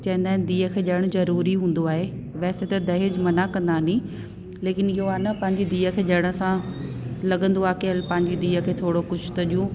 चवंदा आइन धीअ खे ॾेअण ज़रूरी हूंदो आहे वैसे त दहेज मना कंदानी लेकिन इयो आ न पांजी धीअ खे ॾेअण सां लॻंदो आ की हल पंहिंजी धीउ खे थोरो कुझु त ॾियो